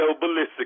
ballistic